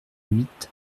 huit